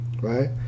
right